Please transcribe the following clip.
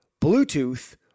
Bluetooth